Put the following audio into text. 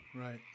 Right